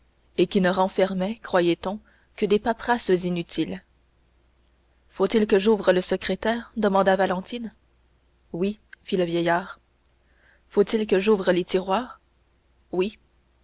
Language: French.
et qui ne renfermait croyait-on que des paperasses inutiles faut-il que j'ouvre le secrétaire demanda valentine oui fit le vieillard faut-il que j'ouvre les tiroirs oui